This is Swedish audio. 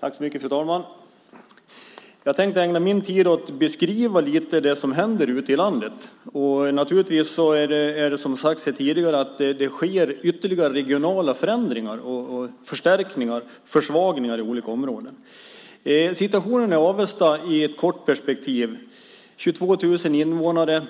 Fru talman! Jag tänkte ägna min tid åt att lite beskriva det som händer ute i landet. Naturligtvis sker det, som sagts här tidigare, ytterligare regionala förändringar och förstärkningar och försvagningar i olika områden. Jag kan beskriva situationen i Avesta i ett kort perspektiv. Det är 22 000 invånare.